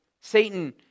Satan